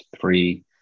three